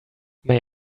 may